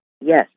Yes